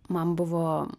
man buvo